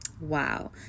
wow